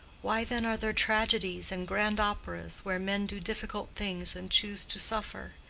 why then are there tragedies and grand operas, where men do difficult things and choose to suffer?